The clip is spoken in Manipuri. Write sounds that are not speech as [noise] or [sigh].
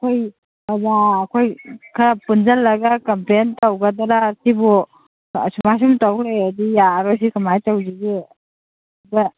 ꯑꯩꯈꯣꯏ ꯄ꯭ꯔꯖꯥ ꯑꯩꯈꯣꯏ ꯈꯔ ꯄꯨꯟꯖꯤꯜꯂꯒ ꯀꯝꯄ꯭ꯂꯦꯟ ꯇꯧꯒꯗꯔꯥ ꯁꯤꯕꯨ ꯑꯁꯨꯃꯥꯏꯅ ꯁꯨꯝ ꯇꯧ ꯂꯩꯔꯗꯤ ꯌꯥꯔꯔꯣꯏ ꯁꯤ ꯀꯃꯥꯏꯅ ꯇꯧꯁꯤꯒꯦ [unintelligible]